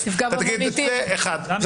זה מקרה אחד.